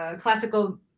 classical